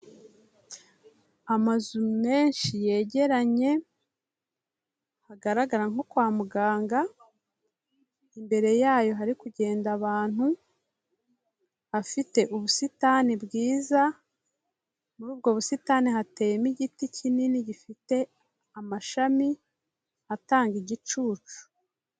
Amazu menshi yegeranye, hagaragara nko kwa muganga, imbere yayo hari kugenda abantu, afite ubusitani bwiza, muri ubwo busitani hateyemo igiti kinini gifite amashami, atanga igicucu.